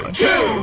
two